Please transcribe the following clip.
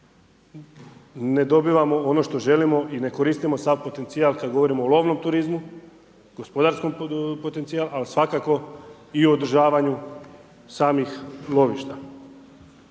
ne dobivamo ono što želimo i ne koristimo sav potencijal kad govorimo o lovnom turizmu gospodarskom potencijalu, ali svakako i u održavanju samih lovišta.